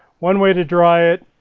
one way to dry it,